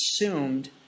assumed